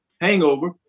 Hangover